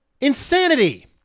Insanity